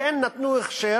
והן נתנו הכשר